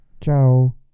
Ciao